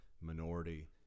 minority